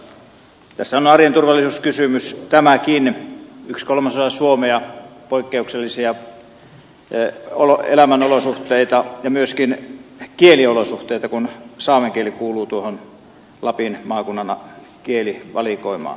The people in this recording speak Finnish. tässä on arjen turvallisuuskysymys tämäkin yksi kolmasosa suomea poikkeuksellisia elämänolosuhteita ja myöskin kieliolosuhteita kun saamen kieli kuuluu tuohon lapin maakunnan kielivalikoimaan